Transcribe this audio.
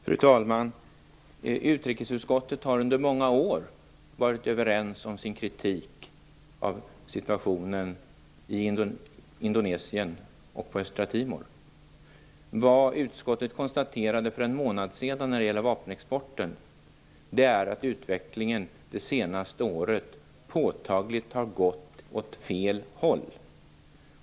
Fru talman! Utrikesutskottet har under många år varit överens om kritiken av situationen i Indonesien och på Östra Timor. Vad utskottet konstaterade för en månad sedan när det gäller vapenexporten, är att utvecklingen det senaste året påtagligt har gått åt fel håll.